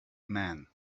man